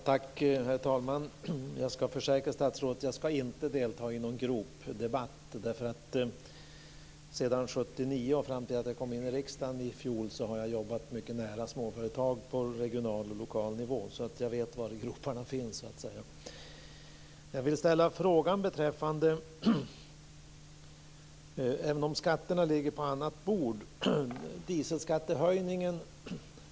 Herr talman! Jag ska försäkra statsrådet att jag inte ska delta i någon gropdebatt. Sedan 1979 och fram till att jag kom in i riksdagen i fjol har jag jobbat mycket nära småföretag på regional och lokal nivå. Så jag vet var groparna finns. Även om skatterna ligger på annat bord vill jag ställa en fråga beträffande dieselskattehöjningen.